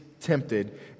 tempted